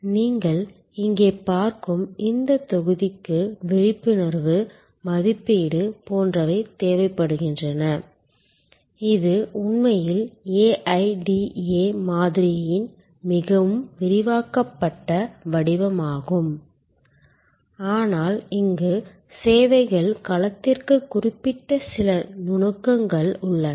நீங்கள் இங்கே பார்க்கும் இந்த தொகுதிக்கு விழிப்புணர்வு மதிப்பீடு போன்றவை தேவைப்படுகின்றன இது உண்மையில் AIDA மாதிரியின் மிகவும் விரிவாக்கப்பட்ட வடிவமாகும் ஆனால் இங்கே சேவைகள் களத்திற்கு குறிப்பிட்ட சில நுணுக்கங்கள் உள்ளன